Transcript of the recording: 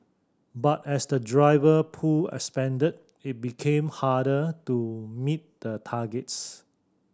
but as the driver pool expanded it became harder to meet the targets